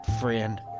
friend